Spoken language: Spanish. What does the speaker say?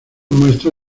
muestra